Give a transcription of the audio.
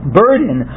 burden